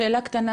שאלה קטנה